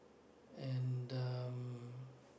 and um